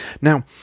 Now